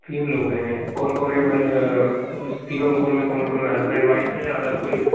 तीन लोग हैं कौन कौन है भाई तीनों लोगो में कौन कौन है हस्बैंड वाइफ है या अदर कोई